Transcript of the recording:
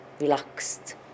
relaxed